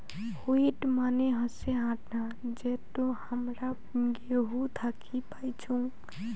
wheat মানে হসে আটা যেটো হামরা গেহু থাকি পাইচুং